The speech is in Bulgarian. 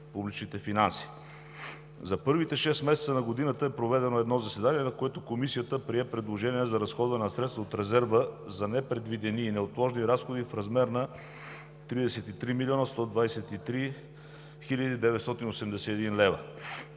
За първите шест месеца на годината е проведено едно заседание, на което Комисията прие предложение за разходване на средства от резерва за непредвидени и неотложни разходи в размер на 33 млн. 123 хил. 981 лв.